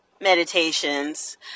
meditations